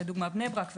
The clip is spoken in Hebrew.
כמו בני ברק,